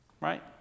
Right